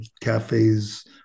cafes